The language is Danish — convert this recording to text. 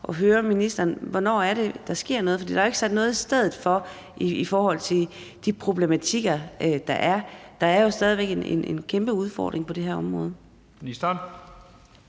at høre ministeren: Hvornår er det, der sker noget? For der er jo ikke sat noget i stedet for i forhold til de problematikker, der er; der er jo stadig væk en kæmpe udfordring på det her område. Kl.